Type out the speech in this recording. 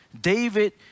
David